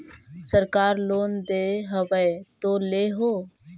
सरकार लोन दे हबै तो ले हो?